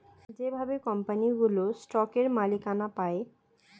যেভাবে কোম্পানিগুলো স্টকের মালিকানা পায়